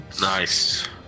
Nice